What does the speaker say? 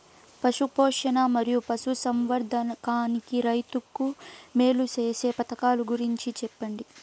పశు పోషణ మరియు పశు సంవర్థకానికి రైతుకు మేలు సేసే పథకాలు గురించి చెప్పండి?